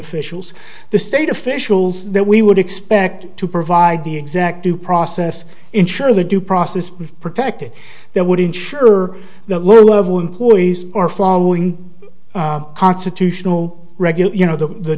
officials the state officials that we would expect to provide the exact new process ensure the due process be protected that would ensure the lower level employees are flowing constitutional regular you know the the